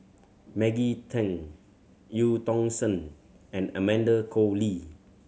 Maggie Teng Eu Tong Sen and Amanda Koe Lee